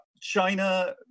China